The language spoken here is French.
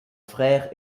frère